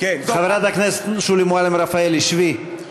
חברת הכנסת שולי מועלם-רפאלי, שבי.